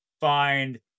find